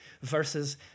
versus